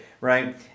right